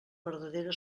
verdadera